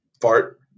fart